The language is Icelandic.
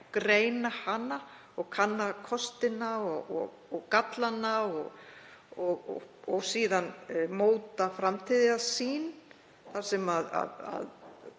greina hana og kanna kostina og gallana og síðan móta framtíðarsýn þar sem